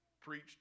preached